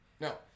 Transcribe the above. No